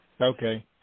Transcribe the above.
Okay